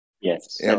Yes